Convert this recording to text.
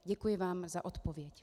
Děkuji vám za odpověď.